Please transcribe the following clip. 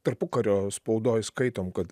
tarpukario spaudoj skaitom kad